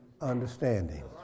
understanding